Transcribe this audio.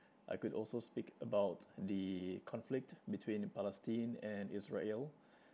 I could also speak about the conflict between Palestine and Israel